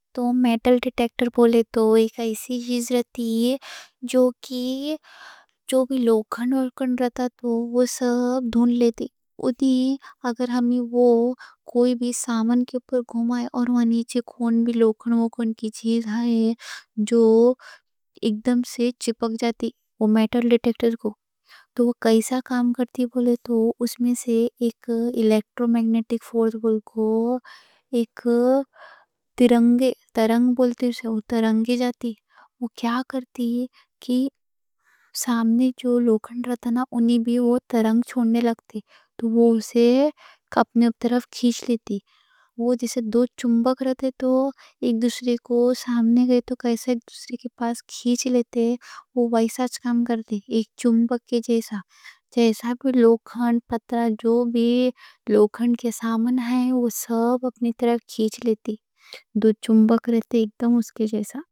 میٹل ڈیٹیکٹر بولے تو ایک ایسی چیز رہتی، جو کہ جو بھی لوکھن لوکھن رہتا تو وہ سب ڈھونڈ لیتی۔ اگر ہم وہ کوئی بھی سامان کے پر گھوم آئیں اور وہاں نیچے کہوں بھی لوکھن لوکھن کی چیز آئے، جو اکدم سے چپک جاتی، وہ میٹل ڈیٹیکٹر کو تو وہ کیسا کام کرتی بولے تو، اس میں سے ایک الیکٹرو میگنیٹک فورس، گل کو ایک ترنگ بولتی؛ وہ ترنگ جاتی۔ وہ کیا کرتی کہ سامنے جو لوکھن رہتا، انھیں بھی وہ ترنگ چھوڑنے لگتی، تو وہ اسے اپنی طرف کھینچ لیتی۔ وہ جیسے دو چمبک رہتے، تو ایک دوسری کو سامنے گئے تو کیسے دوسری کے پاس کھینچ لیتے، وہ ویسا کام کرتی۔ ایک چمبک کے جیسا۔ جیسا کہ لوکھن پترہ، جو بھی لوکھن کے سامان ہیں، وہ سب اپنی طرف کھینچ لیتی۔ دو چمبک رہتے، ایک دم اس کے جیسا۔